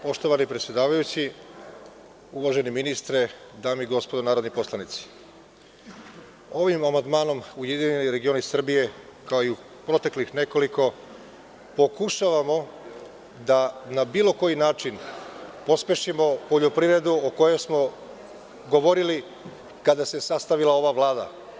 Poštovani predsedavajući, uvaženi ministre, dame i gospodo narodni poslanici, ovim amandmanom URS, kao i u proteklih nekoliko, pokušavamo da na bilo koji način pospešimo poljoprivredu o kojoj smo govorili kada se sastavila ova Vlada.